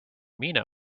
mina